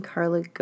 Carla